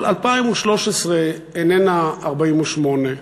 אבל 2013 איננה 1948,